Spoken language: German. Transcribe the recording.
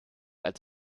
als